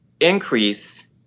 increase